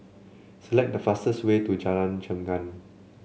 select the fastest way to Jalan Chengam